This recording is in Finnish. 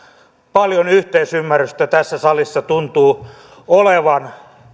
paljon yhteisymmärrystä tässä salissa tuntuu olevan